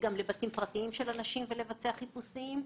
גם לבתים פרטיים של אנשים ולבצע חיפושים,